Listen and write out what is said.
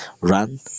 run